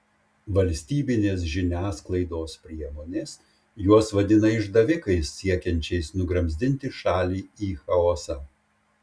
valstybinės žiniasklaidos priemonės juos vadina išdavikais siekiančiais nugramzdinti šalį į chaosą